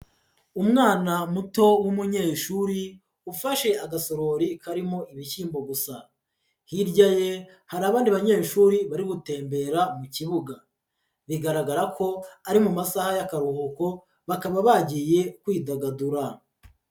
Umwana muto w'umunyeshuri, ufashe agasorori karimo ibishyimbo gusa, hirya ye hari abandi banyeshuri bari gutembera mu kibuga, bigaragara ko ari mu masaha y'akaruhuko, bakaba bagiye kwidagadura.